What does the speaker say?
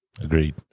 Agreed